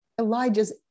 Elijah's